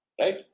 right